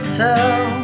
tell